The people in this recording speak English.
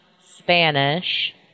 Spanish